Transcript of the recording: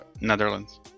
Netherlands